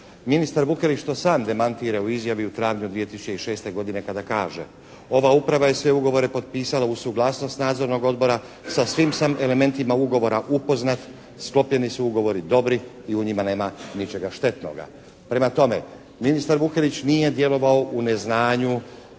Ministar Vukelić to sam demantira u izjavi u travnju 2006. godine kada kaže, ova uprava je sve ugovore potpisala uz suglasnost Nadzornog odbora. Sa svim sam elementima ugovora upoznat. Sklopljeni su ugovori dobri i u njima nema ničega štetnoga. Prema tome, ministar Vukelić nije djelovao u neznanju